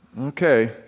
Okay